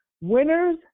winners